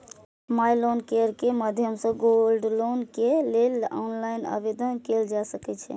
माइ loan care के माध्यम सं गोल्ड लोन के लेल ऑनलाइन आवेदन कैल जा सकै छै